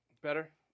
Better